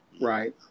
right